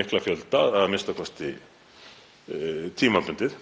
mikla fjölda, a.m.k. tímabundið.